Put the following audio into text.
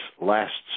lasts